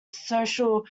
social